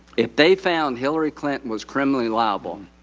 if they found hillary clinton was criminally liable,